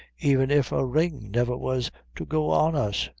even if a ring never was to go on us,